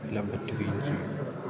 എല്ലാം പറ്റുകയും ചെയ്യും